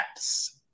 apps